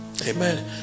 Amen